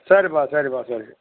சரிப்பா சரிப்பா சரி சரி